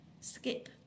skip